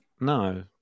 No